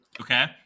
okay